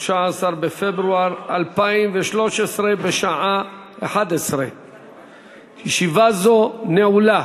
13 בפברואר 2013, בשעה 11:00. ישיבה זו נעולה.